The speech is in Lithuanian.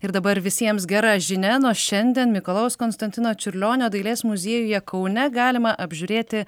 ir dabar visiems gera žinia nuo šiandien mikalojaus konstantino čiurlionio dailės muziejuje kaune galima apžiūrėti